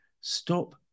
Stop